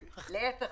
להפך.